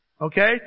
Okay